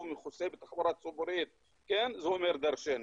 מכוסה בתחבורה ציבורית זה אומר דרשני.